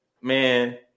man